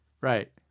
Right